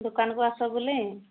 ଦୋକାନକୁ ଆସ ବୁଲି